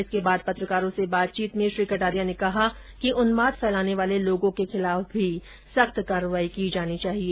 इसके बाद पत्रकारों से बातचीत में श्री कटारिया ने कहा कि उन्माद फैलाने वाले लोगों के खिलाफ भी सख्त कार्रवाई की जानी चाहिए